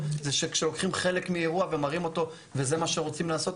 כשלוקחים חלק מאירוע ומראים אותו וזה מה שרוצים לעשות,